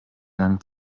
gang